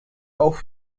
auch